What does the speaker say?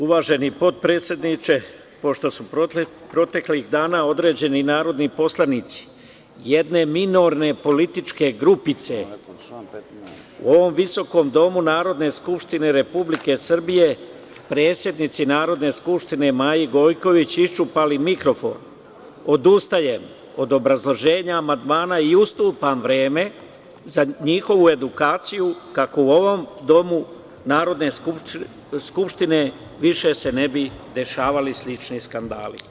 Uvaženi potpredsedniče, pošto su proteklih dana određeni narodni poslanici jedne minorne političke grupice ovom visokom Domu Narodne skupštine Republike Srbije, predsednici Narodne skupštine Maji Gojković iščupali mikrofon, odustajem od obrazloženja amandmana i ustupam vreme za njihovu edukaciju kako u ovom Domu Narodne skupštine, više se ne bi dešavali slični skandali.